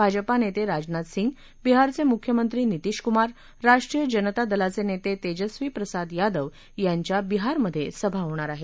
भाजपा नेते राजनाथ सिंग बिहारचे मुख्यमंत्री नितीश कुमार राष्ट्रीय जनता दलाचे नेते तेजस्वी प्रसाद यादव यांच्या बिहारमधे सभा होणार आहेत